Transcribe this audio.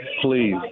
please